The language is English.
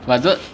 budget